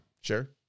Sure